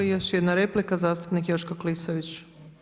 I još jedna replika zastupnik Joško Klisović.